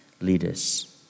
leaders